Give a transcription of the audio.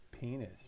penis